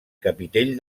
capitell